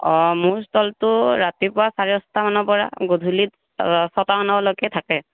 অঁ মোৰ ষ্টলটো ৰাতিপুৱা চাৰে আঠটামানৰ পৰা গধূলি ছটামানলৈকে থাকে